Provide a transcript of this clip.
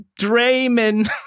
Draymond